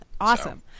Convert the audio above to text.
awesome